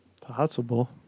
Possible